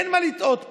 אין מה לטעות פה.